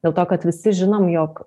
dėl to kad visi žinom jog